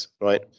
right